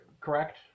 Correct